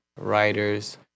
writers